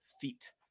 feet